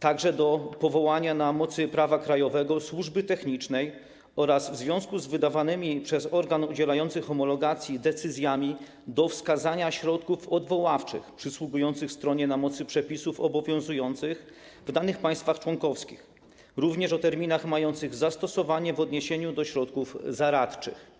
także do powołania na mocy prawa krajowego służby technicznej oraz, w związku z wydawanymi przez organ udzielający homologacji decyzjami, do wskazania środków odwoławczych przysługujących stronie na mocy przepisów obowiązujących w danych państwach członkowskich, również terminów mających zastosowanie w odniesieniu do środków zaradczych.